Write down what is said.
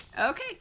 Okay